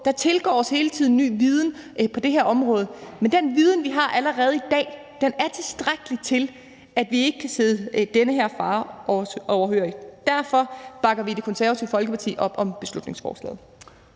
tiden tilgår os ny viden på det her område. Men den viden, vi allerede har i dag, er tilstrækkelig til, at vi ikke kan sidde den her fare overhørig. Derfor bakker vi i Det Konservative Folkeparti op om beslutningsforslaget.